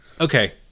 Okay